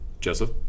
joseph